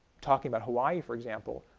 talking about hawaii, for example,